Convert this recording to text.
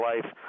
life